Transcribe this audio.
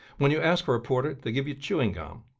when you ask for a porter they give you chewing-gum.